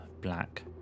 black